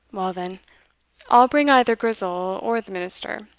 well then, i'll bring either grizel or the minister,